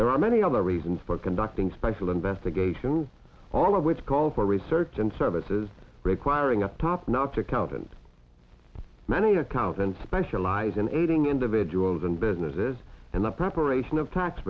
there are many other reasons for conducting special investigations all of which call for research and services requiring up top notch accountant many a cow then specialize in aiding individuals and businesses and the preparation of tax